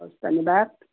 हवस् धन्यवाद